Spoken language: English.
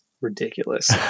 ridiculous